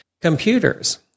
computers